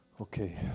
Okay